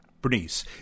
Bernice